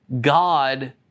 God